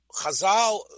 Chazal